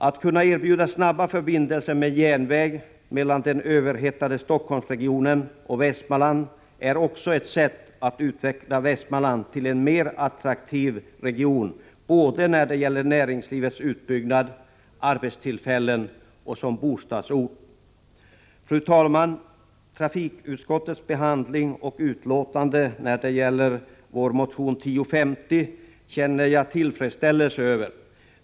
Att kunna erbjuda snabba förbindelser med järnväg mellan den överhettade Stockholmsregionen och Västmanland är också ett sätt att utveckla Västmanland till en mer attraktiv region när det gäller både näringslivets utbyggnad och arbetstillfällen — och som bostadsort. Fru talman! Trafikutskottets behandling och utlåtande när det gäller vår motion 1052 känner jag tillfredsställelse över.